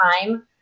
time